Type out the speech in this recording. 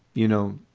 you know,